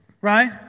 right